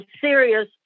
serious